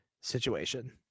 situation